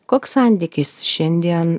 koks santykis šiandien